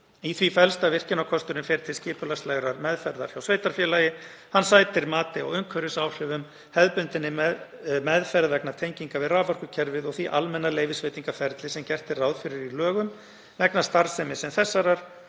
Í því felst að virkjunarkosturinn fer til skipulagslegar meðferðar hjá sveitarfélagi, hann sætir mati á umhverfisáhrifum, hefðbundinni meðferð vegna tenginga við raforkukerfið og því almenna leyfisveitingarferli sem gert er ráð fyrir í lögum vegna starfsemi sem þessarar.